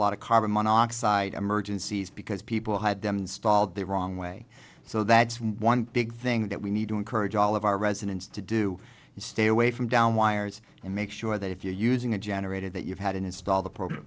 lot of carbon monoxide emergencies because people had them installed the wrong way so that's one big thing that we need to encourage all of our residents to do is stay away from downed wires and make sure that if you're using a generator that you've had and install the p